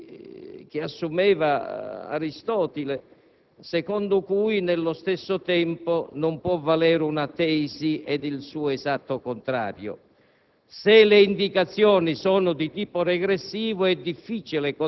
la regola che assumeva Aristotele, secondo cui nello stesso tempo non può valere una tesi ed il suo esatto contrario.